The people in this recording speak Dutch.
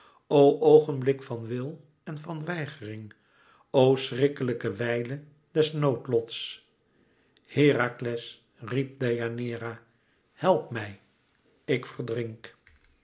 o oogenblik van wil en van weigering o schriklijke wijle des noodlots herakles riep deianeira help mij ik verdrink